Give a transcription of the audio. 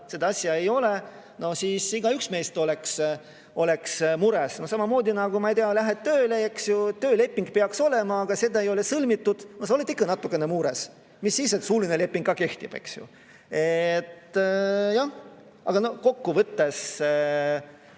seda asja ei ole. Igaüks meist oleks mures. Samamoodi nagu, ma ei tea, lähed tööle, eks ju, tööleping peaks olema, aga seda ei ole sõlmitud. No sa oled ikka natuke mures, mis siis, et suuline leping ka kehtib. Aga kokku võttes